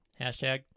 Hashtag